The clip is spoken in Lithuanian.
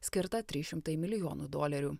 skirta trys šimtai milijonų dolerių